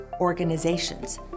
organizations